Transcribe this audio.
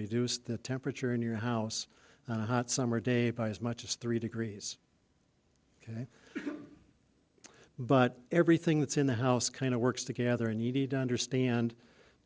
reduce the temperature in your house on a hot summer day by as much as three degrees ok but everything that's in the house kind of works together and you need to understand